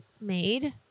made